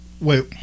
Wait